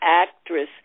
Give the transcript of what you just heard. actress